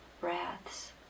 breaths